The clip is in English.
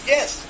Yes